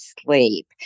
sleep